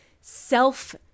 self